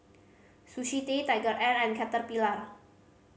Sushi Tei TigerAir and Caterpillar